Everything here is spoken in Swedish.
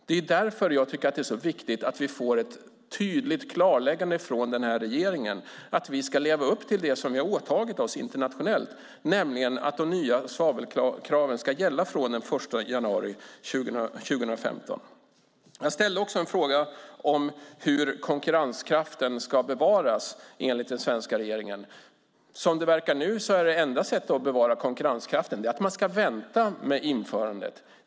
Det är därför jag tycker att det är så viktigt att vi får ett tydligt klarläggande från regeringen att vi ska leva upp till det som vi har åtagit oss internationellt, nämligen att de nya svavelkraven ska gälla från den 1 januari 2015. Jag ställde också en fråga om hur konkurrenskraften ska bevaras enligt den svenska regeringen. Som det verkar nu är det enda sättet att bevara konkurrenskraften att man ska vänta med införandet.